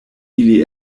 ili